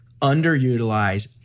underutilized